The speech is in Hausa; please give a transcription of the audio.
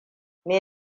me